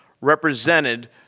represented